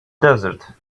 desert